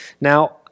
Now